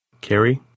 Kerry